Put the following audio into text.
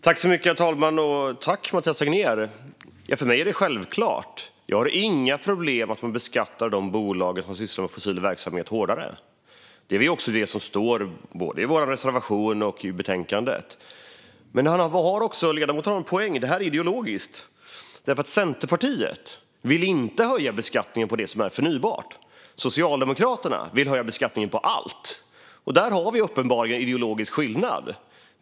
Herr talman! För mig är det självklart. Jag har inga problem med att man beskattar de bolag som sysslar med fossil verksamhet hårdare. Det är också det som står både i vår reservation och i betänkandet. Men ledamoten har en poäng i att det här är ideologiskt, för Centerpartiet vill inte höja skatten på det som är förnybart. Socialdemokraterna vill höja skatten på allt. Där har vi uppenbarligen en ideologisk skillnad.